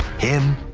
him.